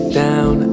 down